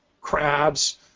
crabs